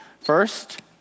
First